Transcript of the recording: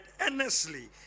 earnestly